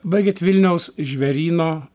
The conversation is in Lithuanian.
baigėt vilniaus žvėryno